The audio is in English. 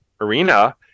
arena